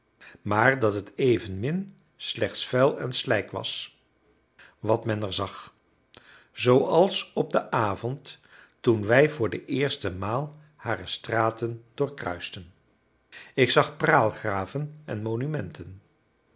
maar dat het evenmin slechts vuil en slijk was wat men er zag zooals op den avond toen wij voor de eerste maal hare straten doorkruisten ik zag praalgraven en monumenten